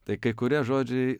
tai kai kurie žodžiai